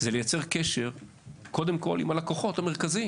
אלא בעניין של יצירת קשר והשקעה של זמן.